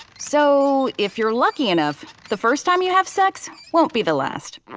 so if you're lucky enough, the first time you have sex, won't be the last.